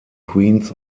queens